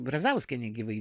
brazauskienė gyvai